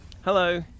Hello